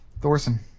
Thorson